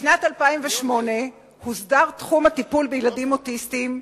בשנת 2008 הוסדר תחום הטיפול בילדים אוטיסטים.